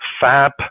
Fab